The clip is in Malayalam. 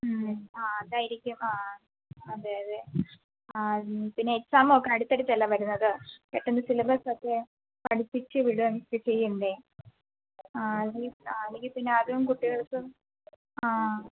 മ്മ് ആ അതായിരിക്കും ആ അതെയതെ ആ മ്മ് പിന്നെ എക്സാം ഒക്കെ അടുത്ത് അടുത്ത് അല്ലേ വരുന്നത് പെട്ടെന്ന് സിലബസ് ഒക്കെ പഠിപ്പിച്ച് വിടുവൊക്കെ ചെയ്യേണ്ടേ ആ ആ അല്ലെങ്കിൽ പിന്നെ അതും കുട്ടികൾക്ക് ആ